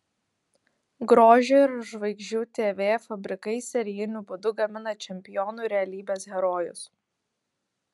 grožio ir žvaigždžių tv fabrikai serijiniu būdu gamina čempionų realybės herojus